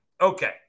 Okay